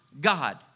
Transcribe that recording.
God